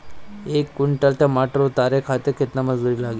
एक कुंटल टमाटर उतारे खातिर केतना मजदूरी लागी?